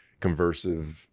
conversive